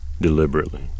Deliberately